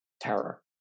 terror